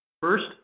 First